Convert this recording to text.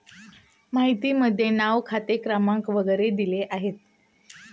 माहितीमध्ये नाव खाते क्रमांक वगैरे दिले आहेत